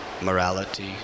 Morality